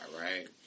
right